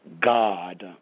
God